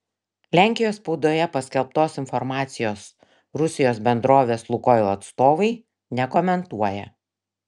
lenkijos spaudoje paskelbtos informacijos rusijos bendrovės lukoil atstovai nekomentuoja